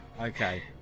Okay